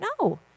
No